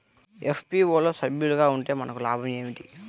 FPO లో సభ్యులుగా ఉంటే మనకు లాభం ఏమిటి?